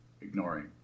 ignoring